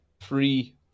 three